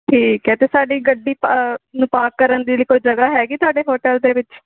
ਠੀਕ ਹੈ ਅਤੇ ਸਾਡੀ ਗੱਡੀ ਪ ਨੂੰ ਪਾਰਕ ਕਰਨ ਦੇ ਲਈ ਕੋਈ ਜਗ੍ਹਾ ਹੈਗੀ ਤੁਹਾਡੇ ਹੋਟਲ ਦੇ ਵਿੱਚ